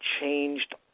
changed